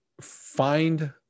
find